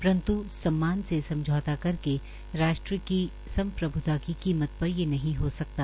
परन्त् सम्मान से समझौता करके राष्ट्रीय की सम्प्रभुता की कीमत पर यह नहीं हो सकता